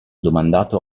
domandato